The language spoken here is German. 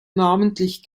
namentlich